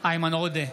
איימן עודה,